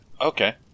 Okay